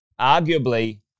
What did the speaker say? arguably